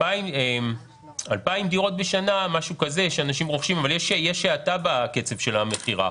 נמכרות 2,000 דירות בשנה אבל יש האטה בקצב של המכירה.